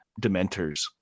Dementors